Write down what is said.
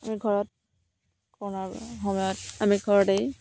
আমি ঘৰত কৰোণাৰ সময়ত আমি ঘৰতেই